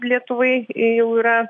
lietuvai jau yra